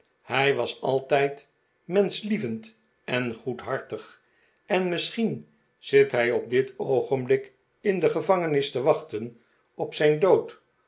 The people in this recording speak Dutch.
hij was altijd menschlievend en goedhartig en misschien zit hij op dit oogenblik in de gevangenis te wachten op zijn dood